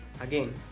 Again